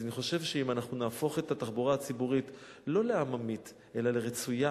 אז אני חושב שאם אנחנו נהפוך את התחבורה הציבורית לא לעממית אלא לרצויה,